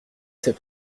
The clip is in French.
sais